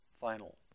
final